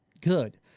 good